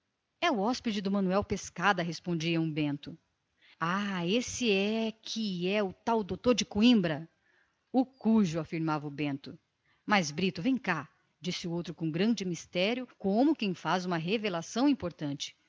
é o hóspede de manuel pescada ah este é que é o tal doutor de coimbra o cujo afirmava o bento mas brito vem cá disse o outro com grande mistério como quem faz uma revelação importante